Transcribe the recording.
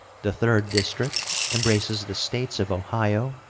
the third district embraces the states of ohio,